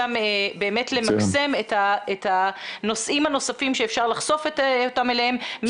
שגם באמת למקסם את הנושאים הנוספים שאפשר לחשוף אותם אליהם,